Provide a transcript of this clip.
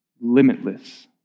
Limitless